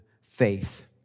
faith